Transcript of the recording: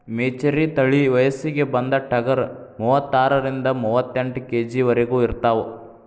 ಮೆಚರಿ ತಳಿ ವಯಸ್ಸಿಗೆ ಬಂದ ಟಗರ ಮೂವತ್ತಾರರಿಂದ ಮೂವತ್ತೆಂಟ ಕೆ.ಜಿ ವರೆಗು ಇರತಾವ